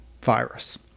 virus